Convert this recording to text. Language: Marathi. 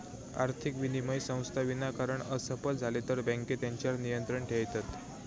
आर्थिक विनिमय संस्था विनाकारण असफल झाले तर बँके तेच्यार नियंत्रण ठेयतत